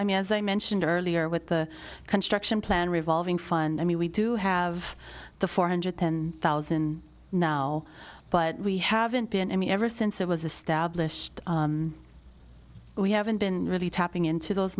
i mean as i mentioned earlier with the construction plan revolving fund i mean we do have the four hundred ten thousand now but we haven't been to me ever since it was established we haven't been really tapping into those